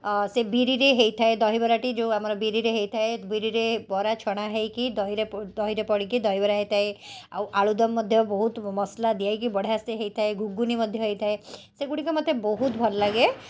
ଅ ସେ ବିରିରେ ହେଇଥାଏ ଦହିବରାଟି ଯେଉଁ ଆମର ବିରିରେ ହେଇଥାଏ ବିରିରେ ବରା ଛଣା ହେଇକି ଦହିରେ ଦହିରେ ପଡ଼ିକି ଦହିବରା ହେଇଥାଏ ଆଉ ଆଳୁଦମ ମଧ୍ୟ ବହୁତ ମସଲା ଦିଆହେଇକି ବଢ଼ିଆ ସେ ହେଇଥାଏ ଘୁଗୁନି ମଧ୍ୟ ହେଇଥାଏ ସେଗୁଡ଼ିକ ମୋତେ ବହୁତ ଭଲଲାଗେ